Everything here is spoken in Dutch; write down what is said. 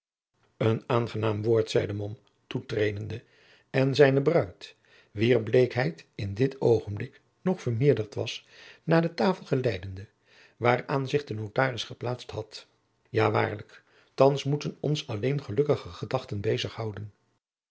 een aangenaam woord zeide mom toetredende en zijne bruid wier bleekheid in dit oogenblik nog vermeerderd was naar de tafel geleidende waaraan zich de notaris geplaatst had ja waarlijk thands moeten ons alleen gelukkige gedachten bezig